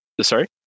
Sorry